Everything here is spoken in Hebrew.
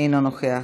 אינו נוכח,